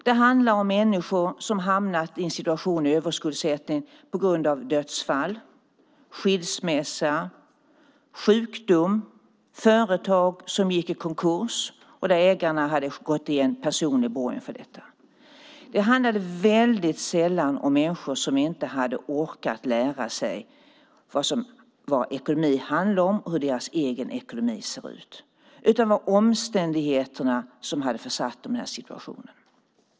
Det handlade om människor som hamnat i överskuldsättning på grund av dödsfall, skilsmässa och sjukdom. Det var företag som gick i konkurs där ägarna hade gått i personlig borgen. Det handlade väldigt sällan om människor som inte hade orkat lära sig vad ekonomi handlar om och hur deras egen ekonomi såg ut. Det var omständigheterna som hade försatt dem i den här situationen.